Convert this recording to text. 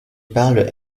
parle